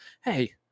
Hey